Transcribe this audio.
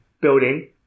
building